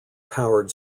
powered